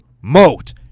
moat